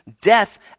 death